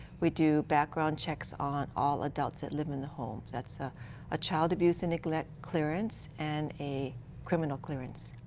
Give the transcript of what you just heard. we do background checks on all adults that live in the home. that's ah a child abuse and neglect clearance and a criminal clearance.